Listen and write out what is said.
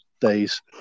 Days